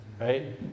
right